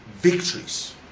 victories